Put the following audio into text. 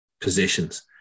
positions